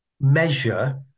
measure